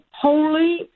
holy